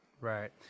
Right